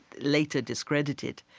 later discredited.